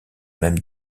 même